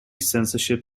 censorship